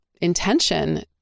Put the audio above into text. intention